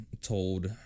told